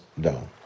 down